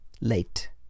late